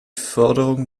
förderung